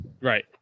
Right